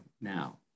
now